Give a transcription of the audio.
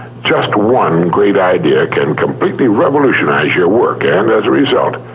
just one great idea can completely revolutionize your work and, as a result,